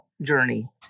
journey